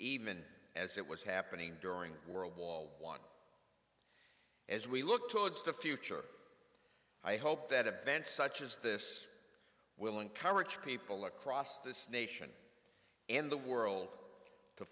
even as it was happening during world war one as we look towards the future i hope that events such as this will encourage people across this nation and the world to